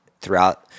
throughout